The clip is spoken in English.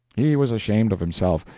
he was ashamed of himself,